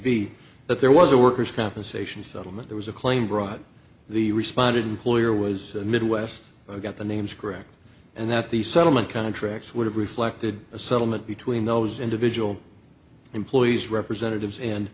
be that there was a workers compensation settlement there was a claim brought the responded lawyer was midwest got the names correct and that the settlement contracts would have reflected a settlement between those individual employees representatives and